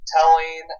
telling